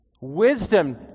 wisdom